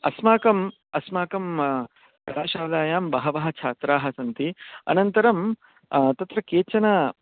अस्माकम् अस्माकं कलाशालायां बहवः छात्राः सन्ति अनन्तरं तत्र केचन